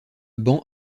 ban